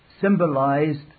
symbolized